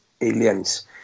aliens